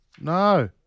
no